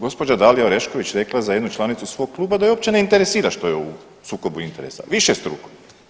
Gospođa Dalija Orešković je rekla za jednu članicu za svog kluba da je uopće ne interesa što je u sukobu interesa višestruko.